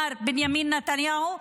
מר בנימין נתניהו,